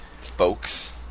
Folks